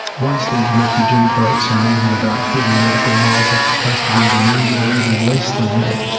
once these refugee boats are more than about thirty nautical miles off the coast of indonesia, or even less than that,